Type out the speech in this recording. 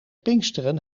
pinksteren